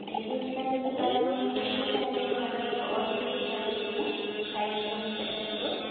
daily use ପାଇଁ ଯଦି Paragon ର ଖୋଜିବେ ତାହେଲେ ଆମର ଅଢ଼େଇଶହ ରୁ ଷ୍ଟାର୍ଟ ହୋଇଯିବ ସାଇଜ ଅନୁସାରେ ଆସିବ